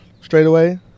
straightaway